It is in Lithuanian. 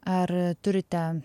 ar turite